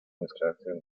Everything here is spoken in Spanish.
mezclarse